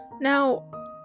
Now